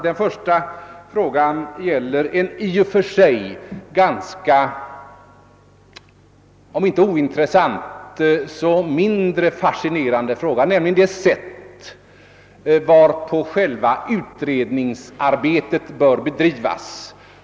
Den första frågan gäller en i och för sig om inte ointressant så dock mindre fascinerande fråga, nämligen det sätt varpå själva utredningsarbetet bör bedrivas.